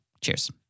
Cheers